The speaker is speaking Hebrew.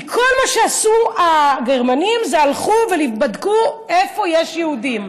כי כל מה שעשו הגרמנים זה הלכו ובדקו איפה יש יהודים.